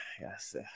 yes